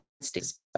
States